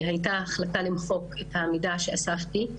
הייתה החלטה למחוק את המידע שאספתי.